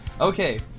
Okay